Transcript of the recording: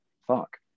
fuck